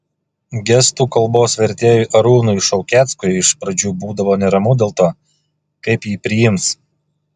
gestų kalbos vertėjui arūnui šaukeckui iš pradžių būdavo neramu dėl to kaip jį priims